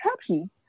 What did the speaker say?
happy